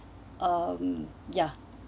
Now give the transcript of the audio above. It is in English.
mm ya